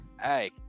hey